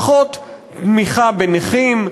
פחות תמיכה בנכים,